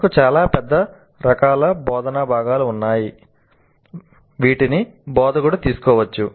మనకు చాలా పెద్ద రకాల బోధనా భాగాలు ఉన్నాయి వీటిని బోధకుడు తీసుకోవచ్చు